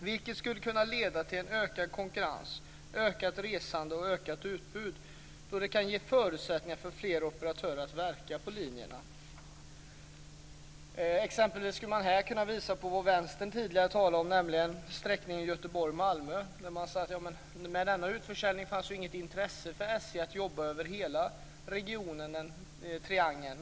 Det skulle kunna leda till en ökad konkurrens, ett ökat resande och ett ökat utbud då det kan ge förutsättningar för fler operatörer att verka på linjerna. Vänstern talade exempelvis tidigare om sträckningen Göteborg-Malmö. Man säger att det i och med denna utförsäljning inte finns något intresse för SJ att jobba över hela regionen, triangeln.